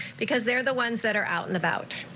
because they're the ones that are out and about.